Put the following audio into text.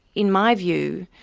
in my view,